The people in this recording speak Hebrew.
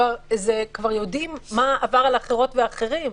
כבר יודעים מה עבר על אחרות ואחרים,